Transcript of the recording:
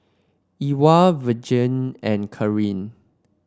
Ewald Virgle and Karyn